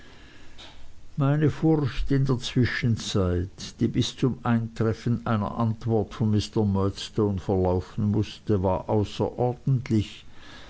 meine furcht in der zwischenzeit die bis zum eintreffen einer antwort von mr murdstone verlaufen mußte war außerordentlich